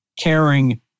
caring